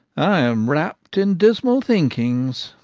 i am wrapp'd in dismal thinkings.